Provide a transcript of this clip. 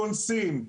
קונסים,